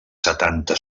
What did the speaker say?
setanta